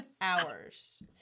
Hours